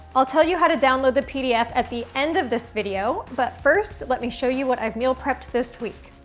i'll tell you how to download the pdf at the end of this video, but first, let me show you what i've meal prepped this week.